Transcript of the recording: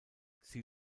sie